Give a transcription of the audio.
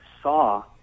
saw